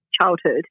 childhood